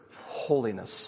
holiness